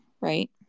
right